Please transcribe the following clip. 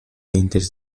dientes